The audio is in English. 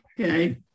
Okay